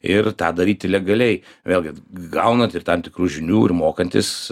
ir tą daryti legaliai vėlgi gaunant ir tam tikrų žinių ir mokantis